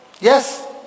Yes